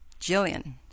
Jillian